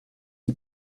die